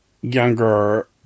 younger